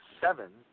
seven